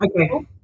Okay